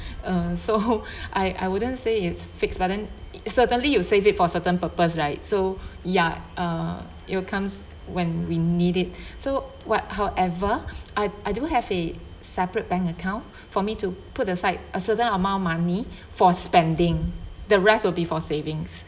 uh so I I wouldn't say it's fixed but then certainly you save it for certain purpose right so ya uh it'll comes when we need it so what however I I do have a separate bank account for me to put aside a certain amount of money for spending the rest will be for savings